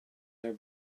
their